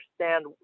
understand